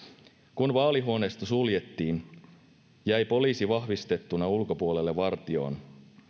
kun vaalihuoneisto suljettiin jäi poliisi vahvistettuna ulkopuolelle vartioon